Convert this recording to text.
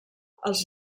els